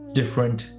different